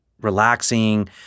relaxing